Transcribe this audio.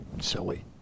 silly